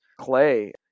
clay